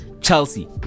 Chelsea